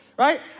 right